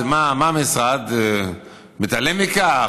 מה, המשרד מתעלם מכך?